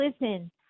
Listen